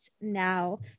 now